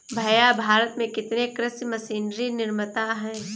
भैया भारत में कितने कृषि मशीनरी निर्माता है?